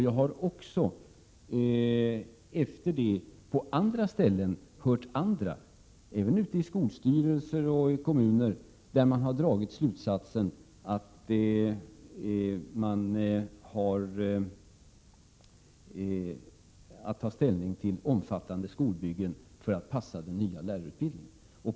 Jag har också senare från andra håll — även ute i skolstyrelserna och i kommunerna — hört att man har dragit slutsatsen att man har att ta ställning till omfattande skolbyggen för att passa den nya lärarutbildningen.